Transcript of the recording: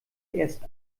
erst